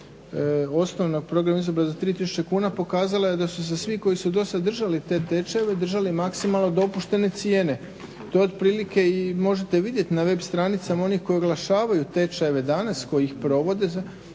osnovnog programa izobrazbe 3000 kuna pokazala je da su svi koji su do sad držali te tečajeve držali maksimalno dopuštene cijene. To otprilike možete i vidjeti na web stranicama onih koji oglašavaju tečajeve danas koji ih provode za